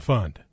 Fund